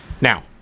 Now